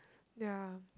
ya